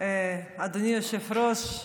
אדוני היושב-ראש,